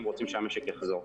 ורוצים שהמשק יחזור.